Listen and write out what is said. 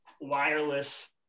wireless